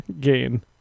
gain